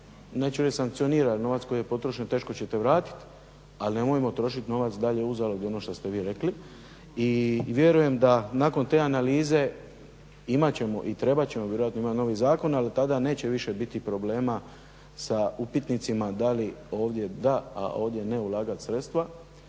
reći sankcionira jer novac koji je potrošen teško ćete vratiti ali nemojmo trošiti novac dalje uzalud. I vjerujem da nakon te analize imat ćemo i trebat ćemo vjerojatno imati novi zakon ali tada neće više biti problema sa upitnicima da li ovdje da, a ovdje ne ulagati sredstva.